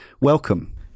Welcome